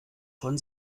von